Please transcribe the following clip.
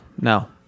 no